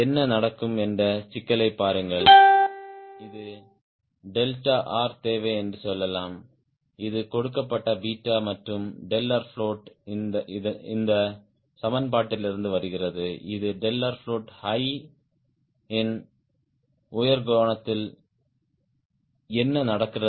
என்ன நடக்கும் என்ற சிக்கலைப் பாருங்கள் இது டெல்டா ஆர் தேவை என்று சொல்லலாம் இது கொடுக்கப்பட்ட 𝛽 மற்றும் float இந்த சமன்பாட்டிலிருந்து வருகிறது இது float இன் உயர் கோணத்தில் என்ன நடக்கிறது